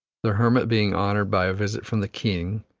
the hermit being honored by a visit from the king,